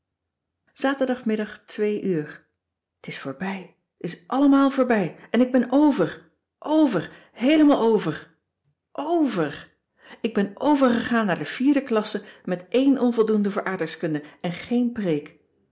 zaterdagmiddag twee uur t is voorbij t is allemàal voorbij en ik ben over over heelemaal over over ik ben overgegaan naar de vierde klasse met eén onvoldoende voor aardrijkskunde en geen preek